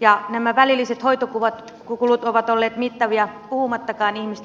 ja nämä välilliset hoitokulut ovat olleet mittavia puhumattakaan ihmisten kärsimyksistä